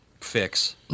fix